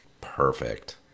Perfect